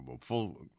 full